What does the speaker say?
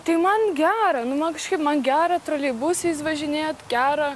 tai man gera nu man kažkaip man gera troleibusais važinėt gera